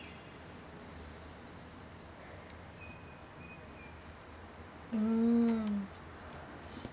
mm